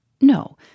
No